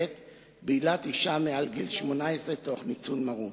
בעילת אשה מעל גיל 18 תוך ניצול מרות.